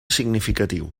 significatiu